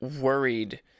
worried